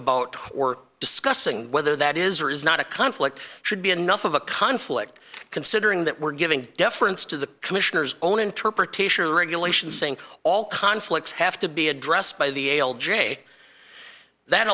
about or discussing whether that is or is not a conflict should be enough of a conflict considering that we're giving deference to the commissioner's own interpretation or regulation saying all conflicts have to be addressed by the ael j that